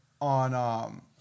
on